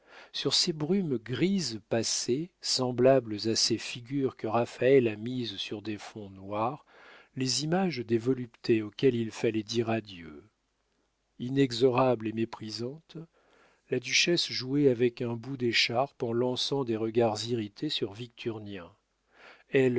sur ces brunes grises passaient semblables à ces figures que raphaël a mises sur des fonds noirs les images des voluptés auxquelles il fallait dire adieu inexorable et méprisante la duchesse jouait avec un bout d'écharpe en lançant des regards irrités sur victurnien elle